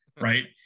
Right